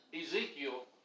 Ezekiel